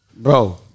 Bro